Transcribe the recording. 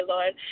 Lord